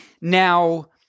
Now